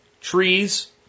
trees